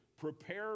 prepare